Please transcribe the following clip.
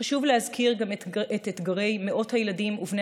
חשוב להזכיר את גם אתגרי מאות הילדים ובני